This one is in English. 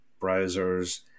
browsers